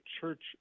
church